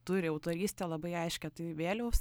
turi autorystę labai aiškią tai vėliaus